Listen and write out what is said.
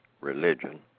religion